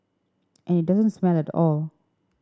and it doesn't smell at all